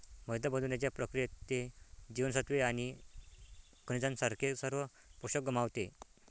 मैदा बनवण्याच्या प्रक्रियेत, ते जीवनसत्त्वे आणि खनिजांसारखे सर्व पोषक गमावते